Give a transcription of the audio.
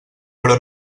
però